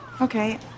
Okay